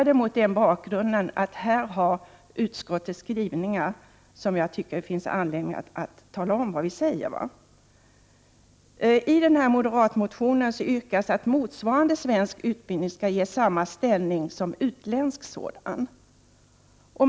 1988/89:121 yrkas att motsvarande svensk utbildning skall ges samma ställning som 25 maj 1989 utländsk.